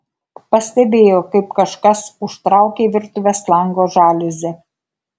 pastebėjo kaip kažkas užtraukė virtuvės lango žaliuzę